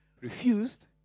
refused